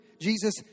Jesus